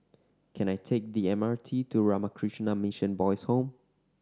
can I take the M R T to Ramakrishna Mission Boys' Home